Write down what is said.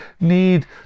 need